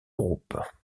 groupes